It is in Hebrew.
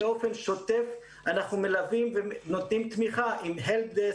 באופן שוטף אנחנו מלווים ונותנים תמיכה עם helpdesk,